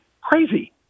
crazy